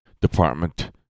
department